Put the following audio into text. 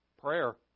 prayer